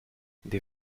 des